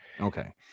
okay